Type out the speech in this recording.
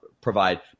provide